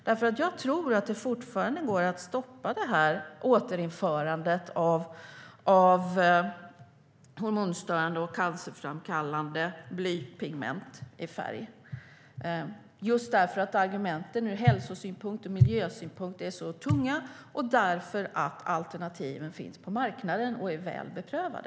Jag tror nämligen att det fortfarande går att stoppa detta återinförande av hormonstörande och cancerframkallande blypigment i färg just därför att argumenten ur hälsosynpunkt och miljösynpunkt är så tunga och därför att alternativen finns på marknaden och är väl beprövade.